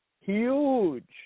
huge